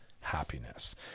happiness